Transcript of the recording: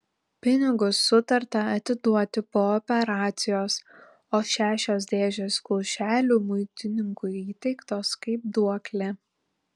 pinigus sutarta atiduoti po operacijos o šešios dėžės kulšelių muitininkui įteiktos kaip duoklė